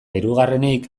hirugarrenik